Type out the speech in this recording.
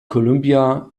columbia